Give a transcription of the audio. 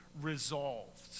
resolved